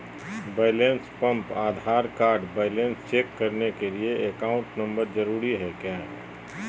Balance pump Aadhaar card balance check करने के लिए अकाउंट नंबर जरूरी है क्या?